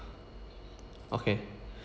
okay